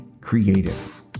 creative